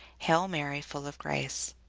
hail, mary, full of grace.